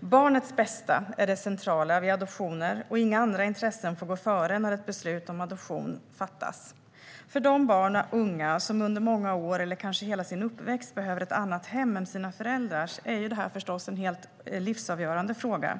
Barnets bästa är det centrala vid adoptioner. Inga andra intressen får gå före när ett beslut om adoption fattas. För de barn och unga som under många år eller kanske hela sin uppväxt behöver ett annat hem än sina föräldrars är det här förstås en helt livsavgörande fråga.